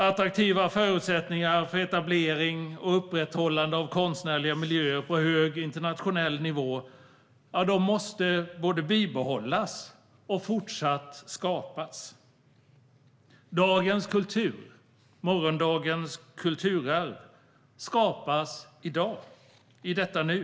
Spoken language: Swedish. Attraktiva förutsättningar för etablering och upprätthållande av konstnärliga miljöer på hög internationell nivå måste bibehållas och skapas. Dagens kultur, morgondagens kulturarv, skapas i dag, i detta nu.